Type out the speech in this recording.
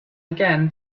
again